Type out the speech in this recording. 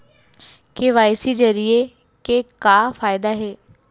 KYC जरिए के का फायदा हे?